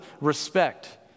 respect